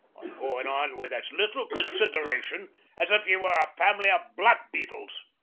i'm goin' on with as little consideration as if ye were a family of blackbeetles.